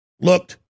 looked